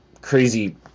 crazy